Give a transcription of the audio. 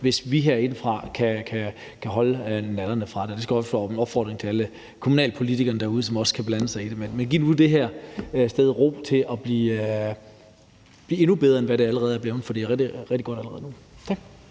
hvis vi herindefra kan holde nallerne fra det. Det skal også være min opfordring til alle kommunalpolitikerne derude, som også kan blande sig i det. Giv dem nu den her ro til at blive endnu bedre; bedre, end det allerede er. For det er rigtig, rigtig godt allerede nu. Tak.